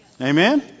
Amen